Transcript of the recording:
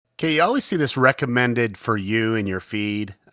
ok, you always see this recommended for you in your feed,